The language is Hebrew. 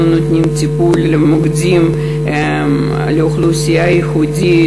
אנחנו נותנים טיפול למוקדים של אוכלוסייה ייחודית,